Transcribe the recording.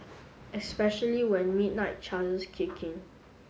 especially when midnight charges kick in